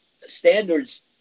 standards